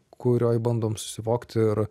kurioj bandom susivokt ir